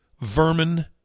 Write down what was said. vermin